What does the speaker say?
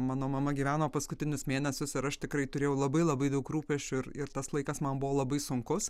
mano mama gyveno paskutinius mėnesius ar aš tikrai turėjau labai labai daug rūpesčių ir ir tas laikas man buvo labai sunkus